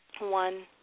One